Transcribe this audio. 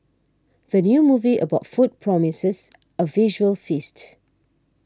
the new movie about food promises a visual feast